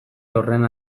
horren